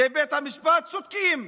זה למען בית המשפט, צודקים,